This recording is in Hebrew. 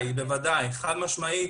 בוודאי, חד משמעית.